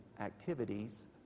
activities